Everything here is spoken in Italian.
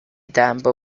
tempo